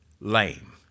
lame